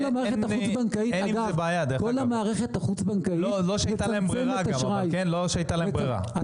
לא שהייתה להם ברירה, אגב.